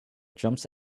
jumps